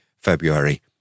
February